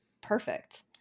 perfect